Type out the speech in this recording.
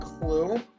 Clue